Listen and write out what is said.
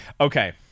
okay